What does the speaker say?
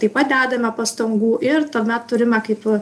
taip pat dedame pastangų ir tuomet turime kaip